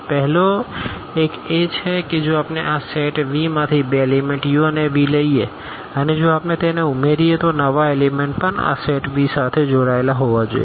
પહેલો એક એ છે કે જો આપણે આ સેટ Vમાંથી બે એલીમેન્ટ u અને v લઈએ અને જો આપણે તેને ઉમેરીએ તો નવા એલીમેન્ટ પણ આ સેટ V સાથે જોડાયેલા હોવા જોઈએ